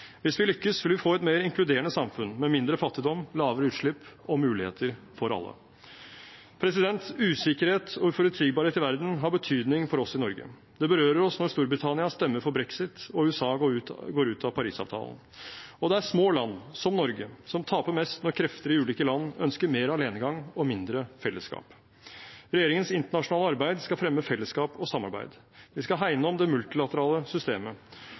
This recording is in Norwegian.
Hvis vi lykkes, vil vi få et mer inkluderende samfunn med mindre fattigdom, lavere utslipp og muligheter for alle. Usikkerhet og uforutsigbarhet i verden har betydning for oss i Norge. Det berører oss når Storbritannia stemmer for Brexit og USA går ut av Parisavtalen. Det er små land, som Norge, som taper mest når krefter i ulike land ønsker mer alenegang og mindre fellesskap. Regjeringens internasjonale arbeid skal fremme fellesskap og samarbeid. Vi skal hegne om det multilaterale systemet,